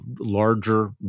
larger